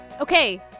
Okay